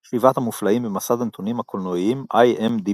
"שבעת המופלאים", במסד הנתונים הקולנועיים IMDb